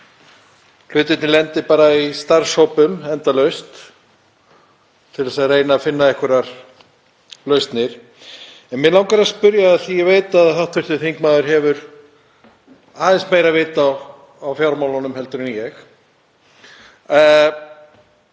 hlutirnir lenda bara í starfshópum endalaust til að reyna að finna einhverjar lausnir. En mig langar að spyrja, af því ég veit að hv. þingmaður hefur aðeins meira vit á fjármálunum heldur en ég: